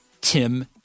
Tim